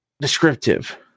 descriptive